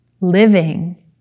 Living